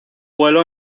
vuelo